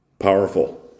Powerful